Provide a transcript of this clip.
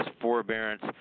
forbearance